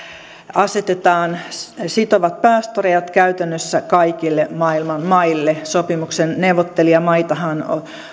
asetetaan sitovat päästörajat käytännössä kaikille maailman maille sopimuksen neuvottelijamaathan